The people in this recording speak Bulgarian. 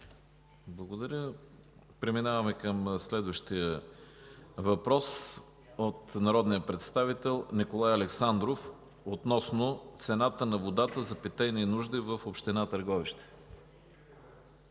Благодаря. Преминаваме към следващия въпрос – от народния представител Николай Александров, относно цената на водата за питейни нужди в община Търговище.